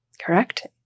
correct